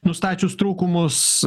nustačius trūkumus